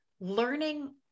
learning